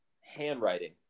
handwriting